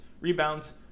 rebounds